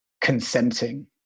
consenting